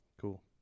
Cool